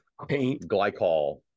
glycol